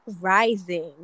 rising